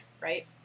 right